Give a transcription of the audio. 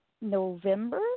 November